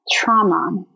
trauma